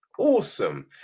Awesome